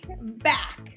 back